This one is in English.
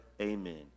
Amen